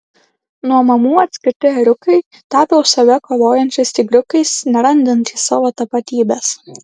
nuo mamų atskirti ėriukai tapę už save kovojančiais tigriukais nerandantys savo tapatybės